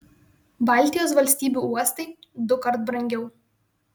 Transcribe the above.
baltijos valstybių uostai dukart brangiau